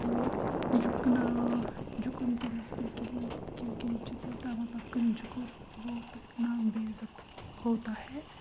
تہٕ جُکنا جُکُن تہِ گَژھِ نہٕ کِہیٖنۍ کیوں کہِ یہِ چھُ یوٚتام مطلب کٲنٛسہِ جُکو وہ تو اِتنا بے عزت ہوتا ہے